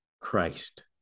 Christ